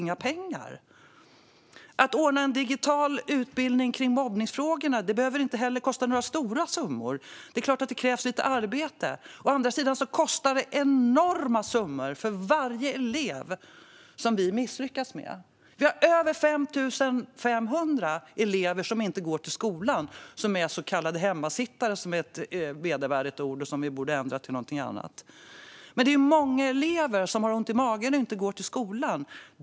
Att ordna en digital utbildning om mobbningsfrågorna behöver inte heller kosta några stora summor, även om det såklart krävs lite arbete. Å andra sidan kostar det enorma summor för varje elev som vi misslyckas med. Över 5 500 elever går inte till skolan, utan är så kallade hemmasittare. Det är för övrigt ett vedervärdigt ord, vilket vi borde ändra till något annat. Många elever har ont i magen och går inte till skolan.